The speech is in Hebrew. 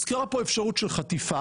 הוזכרה פה אפשרות של חטיפה,